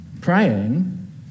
praying